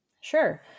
Sure